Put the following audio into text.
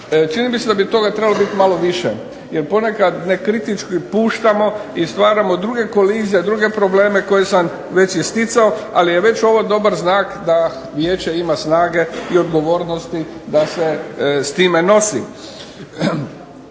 Čini mi se da bi toga trebalo biti malo više, jer ponekad nekritički puštamo i stvaramo druge kolizije, druge probleme koje sam već isticao, ali je već ovo dobar znak da vijeće ima snage i odgovornosti da se s time nosi.